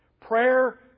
Prayer